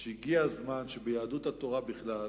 שהגיע הזמן שביהדות התורה בכלל,